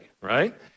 right